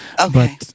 Okay